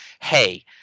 Hey